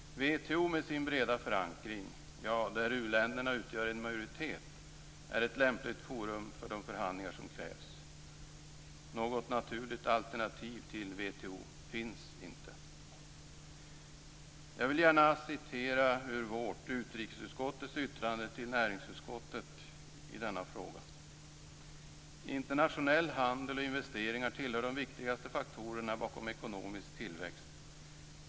WTO med sin breda förankring, där u-länderna utgör en majoritet, är ett lämpligt forum för de förhandlingar som krävs. Något naturligt alternativ till WTO finns inte. Jag vill gärna citera ur utrikesutskottets yttrande till näringsutskottet i denna fråga: "Internationell handel och investeringar tillhör de viktigaste faktorerna bakom ekonomisk tillväxt.